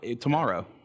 tomorrow